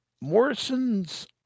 Morrison's